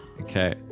Okay